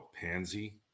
pansy